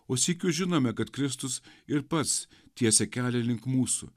o sykiu žinome kad kristus ir pats tiesia kelią link mūsų